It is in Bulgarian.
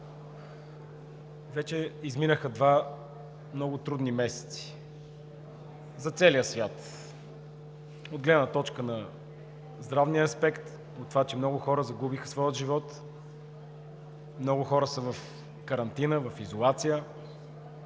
Вече изминаха два много трудни месеца за целия свят от гледна точка на здравния аспект – от това, че много хора загубиха своя живот, много хора са в карантина, в изолация.